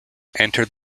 entered